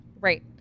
Right